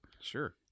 Sure